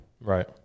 right